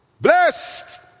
blessed